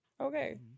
Okay